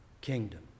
kingdom